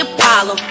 Apollo